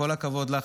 כל הכבוד לך.